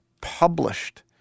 published